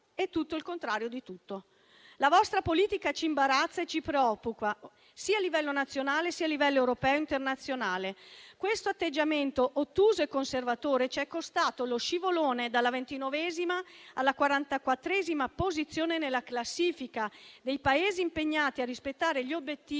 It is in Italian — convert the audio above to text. tutto e il contrario di tutto. La vostra politica ci imbarazza e ci preoccupa a livello sia nazionale, sia europeo e internazionale. Questo atteggiamento ottuso e conservatore ci è costato lo scivolone dalla ventinovesima alla quarantaquattresima posizione nella classifica dei Paesi impegnati a rispettare gli obiettivi